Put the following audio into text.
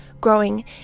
growing